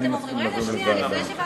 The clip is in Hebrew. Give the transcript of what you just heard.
אני מסכים להעביר לוועדה.